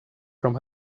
from